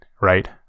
right